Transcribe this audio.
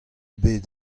bet